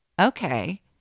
okay